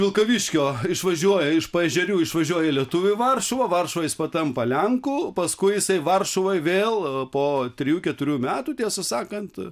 vilkaviškio išvažiuoja iš paežerių išvažiuoja lietuviu į varšuvą varšuvoj jis patampa lenku paskui jisai varšuvoje vėl po trijų keturių metų tiesą sakant